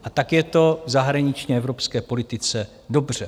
A tak je to v zahraniční evropské politice dobře.